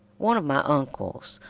one of my uncles,